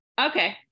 okay